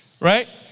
Right